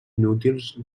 inútils